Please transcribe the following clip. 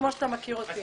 כמו שאתה מכיר אותו.